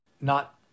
not-